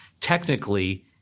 Technically